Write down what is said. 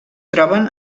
troben